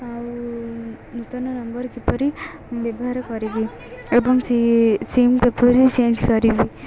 ଆଉ ନୂତନ ନମ୍ବର୍ କିପରି ବ୍ୟବହାର କରିବି ଏବଂ ସେ ସିମ୍ କିପରି ଚେଞ୍ଜ୍ କରିବି